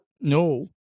No